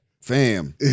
fam